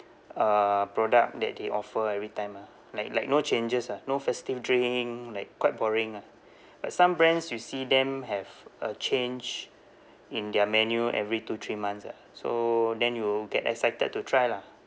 uh product that they offer every time ah like like no changes ah no festive drink like quite boring ah but some brands you see them have a change in their menu every two three months ah so then you get excited to try lah